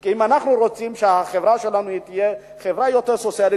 אם אנחנו רוצים שהחברה שלנו תהיה חברה יותר סוציאלית,